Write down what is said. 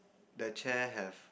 the chair have